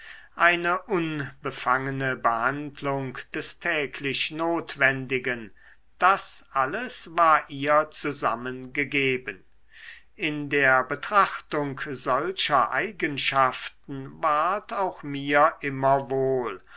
eine unbefangene behandlung des täglich notwendigen das alles war ihr zusammen gegeben in der betrachtung solcher eigenschaften ward auch mir immer wohl